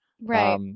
Right